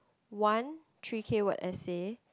one three K word essay